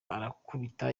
arakubita